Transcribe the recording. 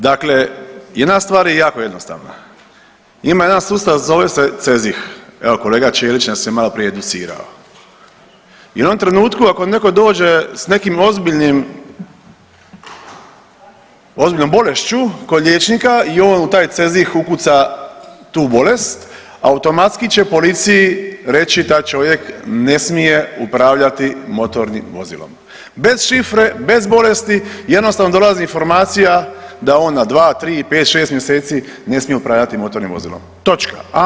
Dakle jedna stvar je jako jednostavna, ima jedan sustav zove se CEZIH, evo kolega Ćelić nas je maloprije educirao i u jednom trenutku ako neko dođe s nekim ozbiljnim, ozbiljnom bolešću kod liječnika i on u taj CEZIH ukuca tu bolest automatski će policiji reći taj čovjek ne smije upravljati motornim vozilom, bez šifre, bez bolesti jednostavno dolazi informacija da on na 2, 3, 5, 6 mjeseci ne smije upravljati motornim vozilom, amen, basta.